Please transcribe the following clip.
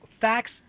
Facts